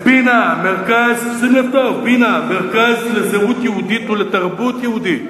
"בינה", מרכז לזהות יהודית ולתרבות יהודית,